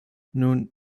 nun